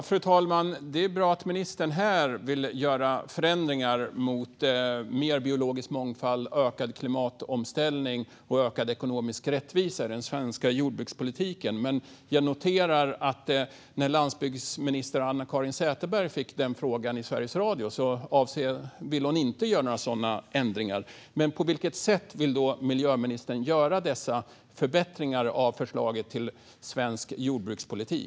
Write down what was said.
Fru talman! Det är bra att ministern vill göra förändringar mot mer biologisk mångfald, ökad klimatomställning och ökad ekonomisk rättvisa i den svenska jordbrukspolitiken. Men jag noterade att landsbygdsminister Anna-Caren Sätherberg, när hon fick frågan i Sveriges Radio, sa att hon inte vill göra några sådana ändringar. På vilket sätt vill miljöministern göra dessa förbättringar av förslaget till svensk jordbrukspolitik?